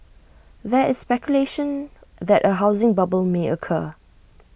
there is speculation that A housing bubble may occur